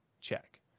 check